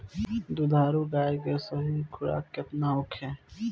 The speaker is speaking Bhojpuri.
दुधारू गाय के सही खुराक केतना होखे?